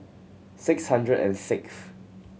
six hundred and sixth